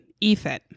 Ethan